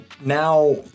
now